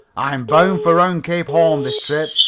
i'm bound for round cape horn this trip.